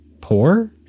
poor